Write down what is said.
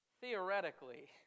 theoretically